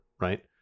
right